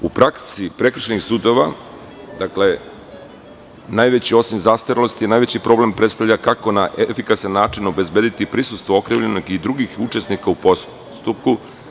U praksi prekršajnih sudova, dakle, najveći osim zastarelosti, najveći problem predstavlja kako na efikasan način obezbediti prisustvo okrivljenog i drugih učesnika u postupku.